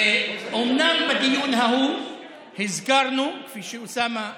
אומנם בדיון ההוא הזכרנו, כפי שאוסאמה אמר,